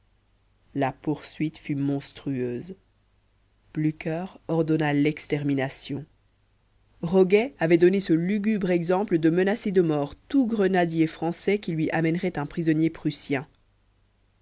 la poursuite fut monstrueuse blücher ordonna l'extermination roguet avait donné ce lugubre exemple de menacer de mort tout grenadier français qui lui amènerait un prisonnier